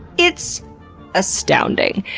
it's astounding!